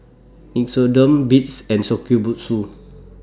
Nixoderm Beats and Shokubutsu